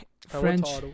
french